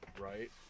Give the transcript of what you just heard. Right